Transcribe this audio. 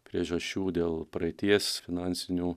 priežasčių dėl praeities finansinių